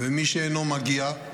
מי שאינו מגיע,